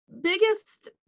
biggest